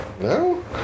No